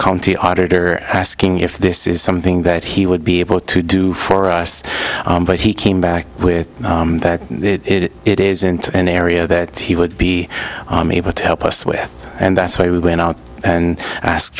county auditor asking if this is something that he would be able to do for us but he came back with that it isn't an area that he would be able to help us with and that's why we went out and ask